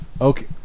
Okay